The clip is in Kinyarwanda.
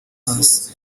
rwasa